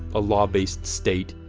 a law-based state,